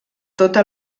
tota